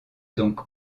donc